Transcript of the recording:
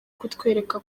kutwereka